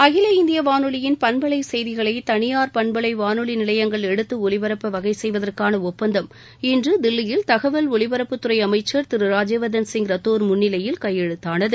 அகில இந்திய வானொலியின் பண்பலை செய்திகளை தனியார் பண்பலை வானொலி நிலையங்கள் எடுத்து ஒலிபரப்ப வகை செய்வதற்கான ஒப்பந்தம் இன்று தில்லியில் தகவல் ஒலிபரப்புத் துறை அமைச்சர் திரு ராஜ்யவர்தன் சிங் ராத்தோர் முன்னிலையில் கையெழுத்தானது